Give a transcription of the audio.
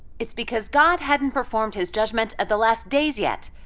it's because god hadn't performed his judgment of the last days yet.